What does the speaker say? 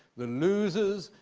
the losers,